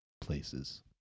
places